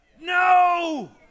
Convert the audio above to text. No